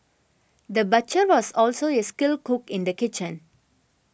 the butcher was also a skilled cook in the kitchen